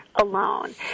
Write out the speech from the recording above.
alone